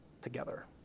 together